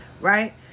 Right